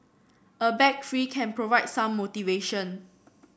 a bag fee can provide some motivation